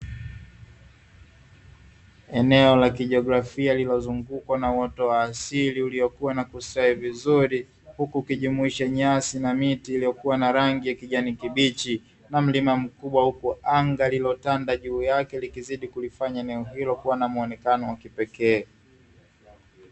Eneo la kijiografia lililozungukwa na uoto wa asili uliokua na kustawi vizuri, huku ukijumuisha nyasi na miti iliyokua narangi ya kijani kibichi, na mlima mkubwa huku anga lililotanda juu yake likizidi kulifanya eneo hilo kuwa na muonekano wa kipekee.